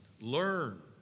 Learn